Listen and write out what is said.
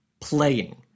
playing